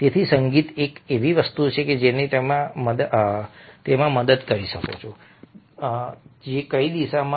તેથી સંગીત એક એવી વસ્તુ છે જે તમને તેમાં મદદ કરી શકે છે દિશા પણ